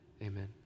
Amen